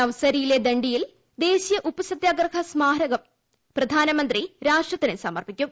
നവ് സരിയിലെ ദണ്ഡിയിൽ ദേശീയ ഉപ്പുസത്യഗ്രഹ സ്മാരകം പ്രധാനമന്ത്രി രാഷ്ട്രത്തിനു സമർപ്പിക്കും